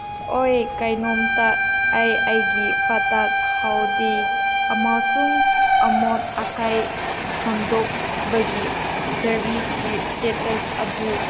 ꯑꯣꯏ ꯀꯩꯅꯣꯝꯇ ꯑꯩ ꯑꯩꯒꯤ ꯐꯠꯇ ꯍꯥꯎꯗꯤ ꯑꯃꯁꯨꯡ ꯑꯃꯣꯠ ꯑꯀꯥꯏ ꯍꯣꯟꯗꯣꯛꯄꯒꯤ ꯁꯥꯔꯕꯤꯁꯀꯤ ꯏꯁꯇꯦꯇꯁ ꯑꯗꯨ